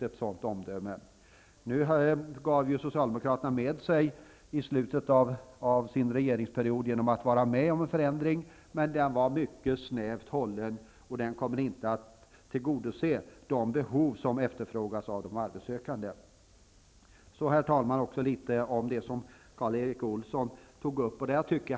I slutet av sin regeringsperiod gav socialdemokraterna med sig genom att vara med om en förändring, men den var mycket snävt hållen, och den kommer inte att tillgodose de behov som de arbetssökande har. Herr talman! Jag vill även ta upp något av det som Karl-Erik Persson talade om.